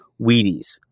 Wheaties